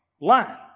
line